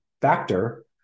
factor